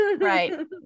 right